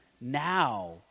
now